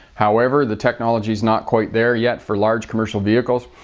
however the technology is not quite there yet for large commercial vehicles.